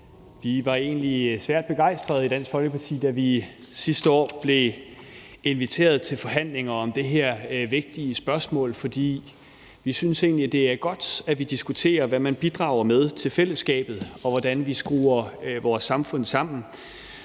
Vi var egentlig svært begejstrede i Dansk Folkeparti, da vi sidste år blev inviteret til forhandlinger om det her vigtige spørgsmål, for vi synes egentlig, det er godt, at vi diskuterer, hvad man bidrager med til fællesskabet, og hvordan vi skruer vores samfund sammen.